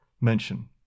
mention